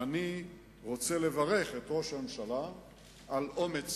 אני רוצה לברך את ראש הממשלה על אומץ